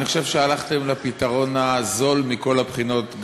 אני חושב שהלכתם לפתרון הזול מכל הבחינות,